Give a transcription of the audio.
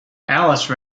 alice